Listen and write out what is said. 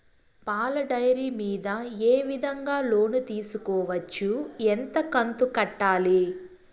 పాల డైరీ మీద ఏ విధంగా లోను తీసుకోవచ్చు? ఎంత కంతు కట్టాలి?